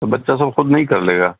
تو بچہ سب خود نہیں کر لے گا